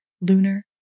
lunar